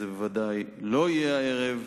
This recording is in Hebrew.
זה ודאי לא יהיה הערב,